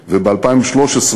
וב-2013,